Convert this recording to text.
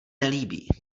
nelíbí